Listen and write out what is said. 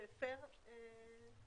יש יותר נתונים?